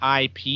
IP